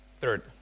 Third